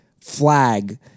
flag